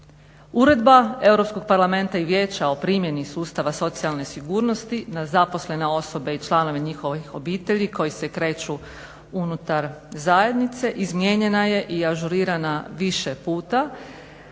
Uredba Europskog parlamenta i Vijeća o primjeni sustava socijalne sigurnosti na zaposlene osobe i članove njihovih obitelji koji se kreću unutar zajednice izmijenjena je i ažurirana više puta